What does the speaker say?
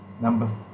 Number